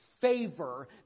favor